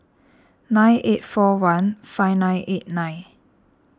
nine eight four one five nine eight nine